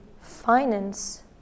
finance